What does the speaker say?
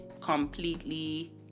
completely